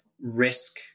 risk